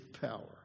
power